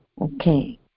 okay